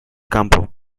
campo